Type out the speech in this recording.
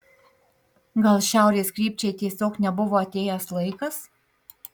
gal šiaurės krypčiai tiesiog nebuvo atėjęs laikas